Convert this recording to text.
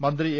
മന്ത്രി എ